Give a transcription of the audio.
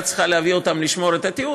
צריכה להביא אותם לשמור את התיעוד,